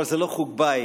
אבל זה לא חוג בית,